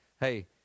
hey